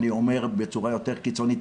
אני אומר בצורה יותר קיצונית,